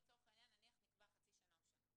לצורך העניין נניח נקבע חצי שנה או שנה,